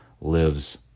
lives